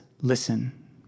listen